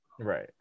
right